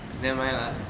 nevermind lah